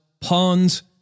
ponds